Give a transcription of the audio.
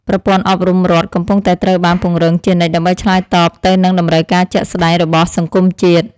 ប្រព័ន្ធអប់រំរដ្ឋកំពុងតែត្រូវបានពង្រឹងជានិច្ចដើម្បីឆ្លើយតបទៅនឹងតម្រូវការជាក់ស្តែងរបស់សង្គមជាតិ។